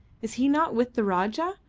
is he not with the rajah?